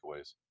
takeaways